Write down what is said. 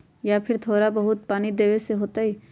या फिर थोड़ा बहुत पानी देबे से हो जाइ?